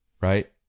right